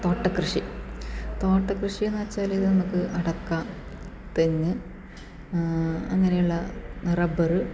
തോട്ടക്കൃഷി തോട്ടക്കൃഷി എന്ന് വെച്ചാല് ഇത് നമുക്ക് അടക്ക തെങ്ങ് അങ്ങനെയുള്ള റബ്ബറ്